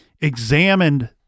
examined